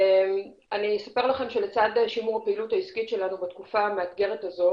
אני אספר לכם שלצד שימור הפעילות העסקית שלנו בתקופה המאתגרת הזו